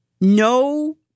no